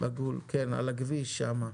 בגבול, על הכביש שם.